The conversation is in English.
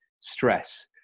stress